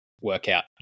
workout